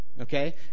okay